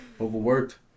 Overworked